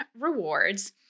Rewards